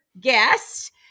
guest